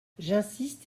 j’insiste